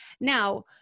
now